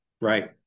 Right